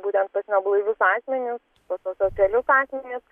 būtent pas neblaivius asmenis pas asocialius asmenis